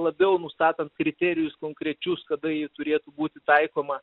labiau nustatant kriterijus konkrečius kada ji turėtų būti taikoma